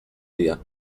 dia